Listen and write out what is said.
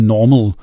Normal